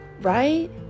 right